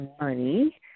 money